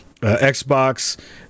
xbox